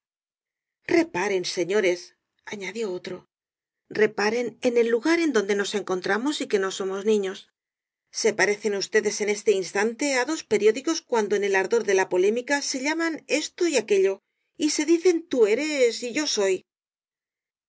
reparen señores añadió o t r o reparen en el lugar en donde nos encontramos y que no somos niños se parecen ustedes en este instante á dos periódicos cuando en el ardor de la polémica se llaman esto y aquello y se dicen tú eres y yo soy